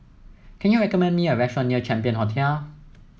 can you recommend me a restaurant near Champion Hotel